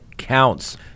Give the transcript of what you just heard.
counts